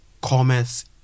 commerce